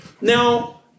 Now